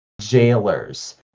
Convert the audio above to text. jailers